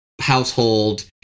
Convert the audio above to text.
household